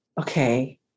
Okay